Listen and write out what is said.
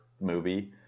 movie